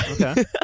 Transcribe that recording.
Okay